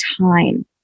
time